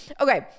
Okay